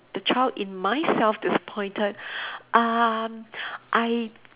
the child in myself disappointed um I